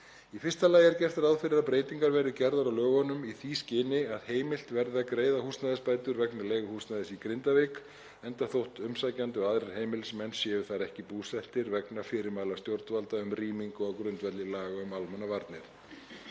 Í fyrsta lagi er gert er ráð fyrir að breytingar verði gerðar á lögunum í því skyni að heimilt verði að greiða húsnæðisbætur vegna leiguhúsnæðis í Grindavík enda þótt umsækjandi og aðrir heimilismenn séu þar ekki búsettir vegna fyrirmæla stjórnvalda um rýmingu á grundvelli laga um almannavarnir.